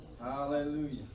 Hallelujah